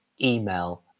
email